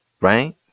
right